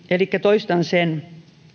elikkä toistan sen